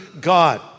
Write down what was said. God